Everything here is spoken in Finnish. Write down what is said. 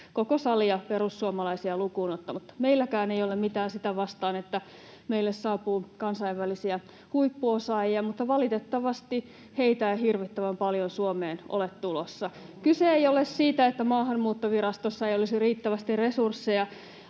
koko salia perussuomalaisia lukuun ottamatta. Meilläkään ei ole mitään sitä vastaan, että meille saapuu kansainvälisiä huippuosaajia, mutta valitettavasti heitä ei hirvittävän paljon Suomeen ole tulossa. Kyse ei ole siitä, että Maahanmuuttovirastossa ei olisi riittävästi resursseja